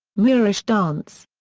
moorish dance.